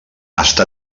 està